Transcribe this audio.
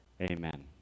Amen